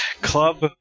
Club